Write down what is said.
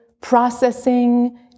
processing